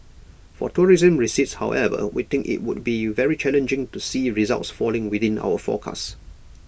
for tourism receipts however we think IT would be very challenging to see results falling within our forecast